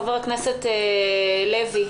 חבר הכנסת לוי,